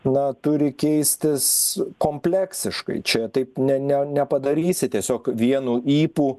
na turi keistis kompleksiškai čia taip ne ne nepadarysi tiesiog vienu ypu